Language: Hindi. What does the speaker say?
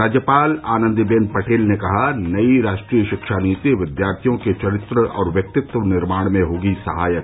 राज्यपाल आनंदीबेन पटेल ने कहा नई राष्ट्रीय शिक्षा नीति विद्यार्थियों के चरित्र और व्यक्तित्व निर्माण में होगी सहायक